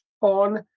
on